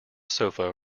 sofa